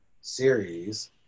series